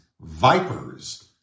vipers